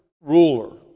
ruler